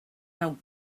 how